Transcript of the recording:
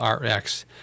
Rx